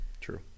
True